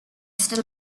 still